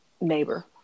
neighbor